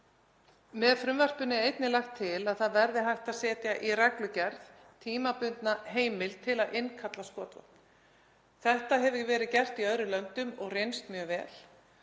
Með frumvarpinu er einnig lagt til að það verði hægt að setja í reglugerð tímabundna heimild til að innkalla skotvopn. Þetta hefur verið gert í öðrum löndum og reynst mjög vel